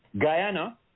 Guyana